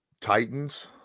Titans